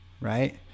right